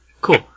Cool